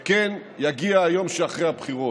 וכן, יגיע היום שאחרי הבחירות.